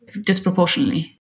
disproportionately